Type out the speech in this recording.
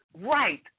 right